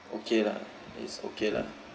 okay lah it's okay lah